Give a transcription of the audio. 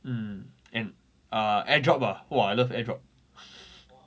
um and uh air drop ah !wah! I love air drop